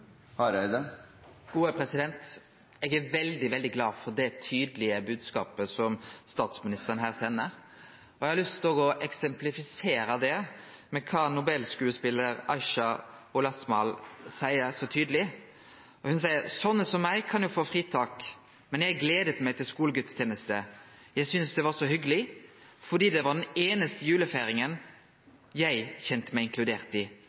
er veldig, veldig glad for den tydelege bodskapen som statsministeren her sender. Eg har lyst til å eksemplifisere det med kva Nobel-skodespelar Ayesha Wolasmal seier så tydeleg. Ho seier: «Sånne som meg kan jo få fritak, men jeg gledet meg til skolegudstjeneste. Jeg synes det var så hyggelig, fordi det var den eneste julefeiringen man ble inkludert